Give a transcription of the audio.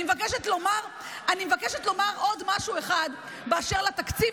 אני מבקשת לומר עוד משהו אחד באשר לתקציב,